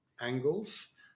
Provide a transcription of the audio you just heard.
angles